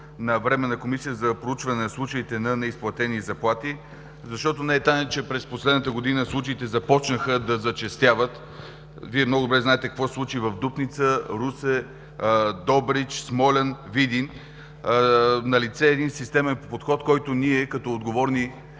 на Временна комисия за проучване на случаите на неизплатени заплати, защото не е тайна, че през последната година случаите започнаха да зачестяват. А Вие много добре знаете какво се случи в Дупница, Русе, Добрич, Смолян, Видин. Налице е един системен подход, който ние, като отговорни